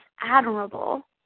admirable